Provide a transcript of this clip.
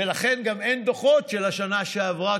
ולכן גם אין דוחות של השנה שעברה,